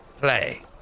Play